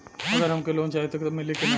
अगर हमके लोन चाही त मिली की ना?